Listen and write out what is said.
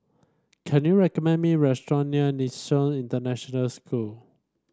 can you recommend me restaurant near International School